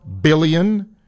billion